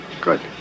Good